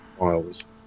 miles